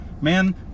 man